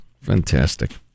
Fantastic